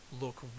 look